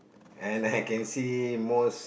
and I can see most